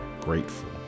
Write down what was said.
grateful